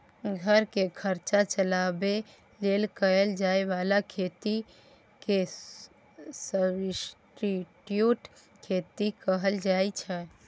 घर केर खर्चा चलाबे लेल कएल जाए बला खेती केँ सब्सटीट्युट खेती कहल जाइ छै